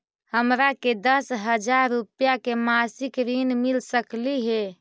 हमरा के दस हजार रुपया के मासिक ऋण मिल सकली हे?